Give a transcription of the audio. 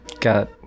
got